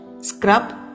scrub